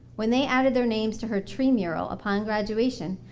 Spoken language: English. when they added their names to her tree mural upon graduation,